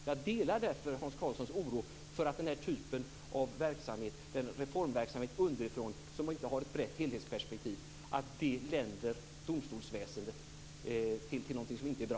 Jag delar därför Hans Karlssons oro för att den här typen av reformverksamhet underifrån som inte har ett brett helhetsperspektiv, länder domstolsväsendet till någonting som inte är bra.